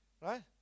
right